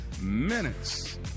minutes